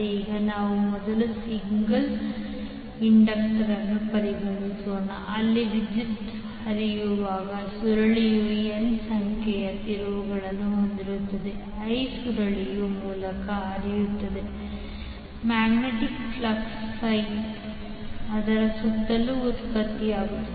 ಈಗ ನಾವು ಮೊದಲು ಸಿಂಗಲ್ ಇಂಡಕ್ಟರ್ ಅನ್ನು ಪರಿಗಣಿಸೋಣ ಅಲ್ಲಿ ವಿದ್ಯುತ್ ಹರಿಯುವಾಗ ಸುರುಳಿಯು N ಸಂಖ್ಯೆಯ ತಿರುವುಗಳನ್ನು ಹೊಂದಿರುತ್ತದೆ i ಸುರುಳಿಯ ಮೂಲಕ ಹರಿಯುತ್ತದೆ ಮ್ಯಾಗ್ನೆಟಿಕ್ ಫ್ಲಕ್ಸ್ ಫೈ ಅದರ ಸುತ್ತಲೂ ಉತ್ಪತ್ತಿಯಾಗುತ್ತದೆ